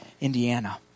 Indiana